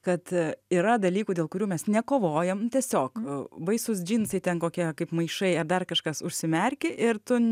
kad yra dalykų dėl kurių mes nekovojam tiesiog baisūs džinsai ten kokie kaip maišai ar dar kažkas užsimerki ir tu